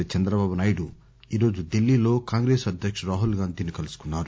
తెలుగుదేశం చంద్రబాబునాయుడు ఈరోజు ఢిల్లీలో కాంగ్రెస్ అధ్యక్షుడు రాహుల్ గాంధీని కలుసుకున్నారు